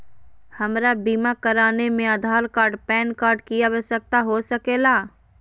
हमरा बीमा कराने में आधार कार्ड पैन कार्ड की आवश्यकता हो सके ला?